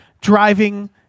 driving